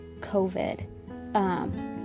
covid